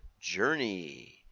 journey